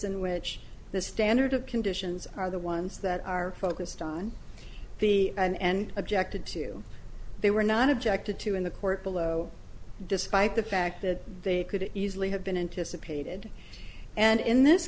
in which the standard of conditions are the ones that are focused on the and objected to they were not objected to in the court below despite the fact that they could easily have been anticipated and in this